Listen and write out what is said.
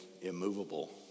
immovable